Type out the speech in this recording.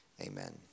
amen